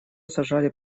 сажали